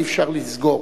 כי אי-אפשר לסגור.